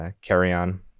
carry-on